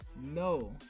No